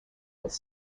with